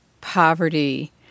poverty